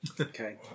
Okay